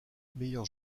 meilleur